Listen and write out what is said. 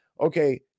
Okay